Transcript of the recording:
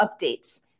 updates